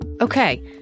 Okay